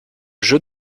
jeu